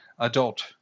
adult